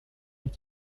est